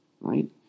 Right